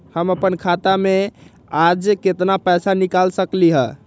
हम अपन खाता में से आज केतना पैसा निकाल सकलि ह?